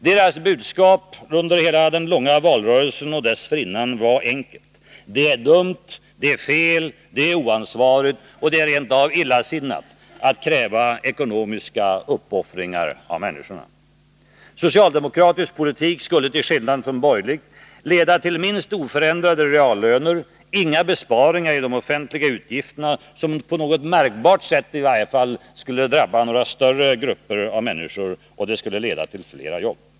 Dess budskap under hela den långa valrörelsen och dessförinnan var enkelt: det är dumt, det är fel, det är oansvarigt och rent av illasinnat att kräva ekonomiska uppoffringar av människorna. Socialdemokratisk politik skulle till skillnad från borgerlig leda till minst oförändrade reallöner, inga besparingar i de offentliga utgifterna som åtminstone på något märkbart sätt skulle drabba den enskilde, och det skulle leda till flera jobb.